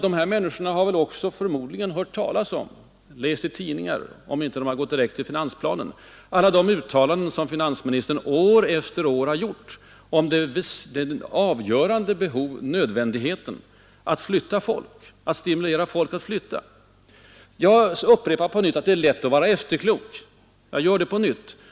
Dessa människor har förmodligen också hört talas om och läst i tidningar — om de inte har gått direkt till finansplanen — alla de uttalanden som finansministern år efter år har gjort om nödvändigheten att stimulera folk att flytta. Och de har kunnat konstatera att arbetstillfällen saknats i hemorten. Jag upprepar på nytt att det är lätt att vara efterklok.